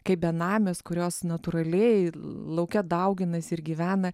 kaip benamės kurios natūraliai lauke dauginasi ir gyvena